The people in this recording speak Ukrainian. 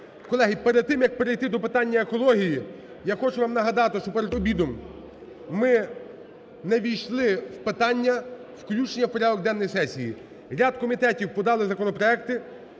Колеги, перед тим як перейти до питання екології, я хочу вам нагадати, що перед обідом ми не ввійшли в питання включення в порядок денний сесії. Ряд комітетів подали законопроекти,